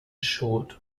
short